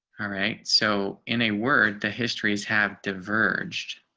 alright, so, in a word, the histories have diverged.